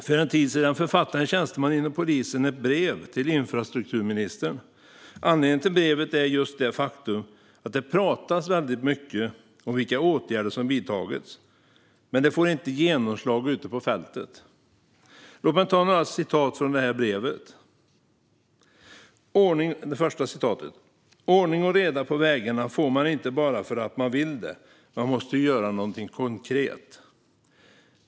För en tid sedan författade en tjänsteman inom polisen ett brev till infrastrukturministern. Anledningen till brevet var just det faktum att det pratas väldigt mycket om vilka åtgärder som vidtagits, men det får inte genomslag ute på fältet. Låt mig återge några citat från brevet. Det första citatet: Ordning och reda på vägarna får man inte bara för att man vill det - man måste göra något konkret.